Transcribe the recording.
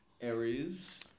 Aries